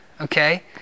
okay